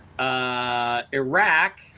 iraq